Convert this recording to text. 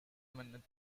minute